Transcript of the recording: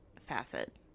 facet